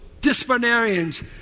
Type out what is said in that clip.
disciplinarians